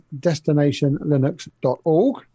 destinationlinux.org